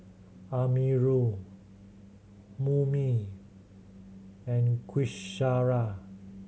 Amirul Murni and Qaisara